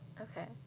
okay